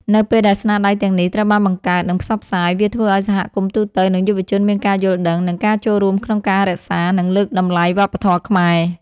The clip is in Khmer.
នៅពេលដែលស្នាដៃទាំងនេះត្រូវបានបង្កើត និងផ្សព្វផ្សាយ វាធ្វើឲ្យសហគមន៍ទូទៅ និងយុវជនមានការយល់ដឹង និងការចូលរួមក្នុងការរក្សា និងលើកតម្លៃវប្បធម៌ខ្មែរ។